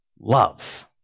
love